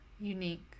unique